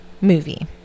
movie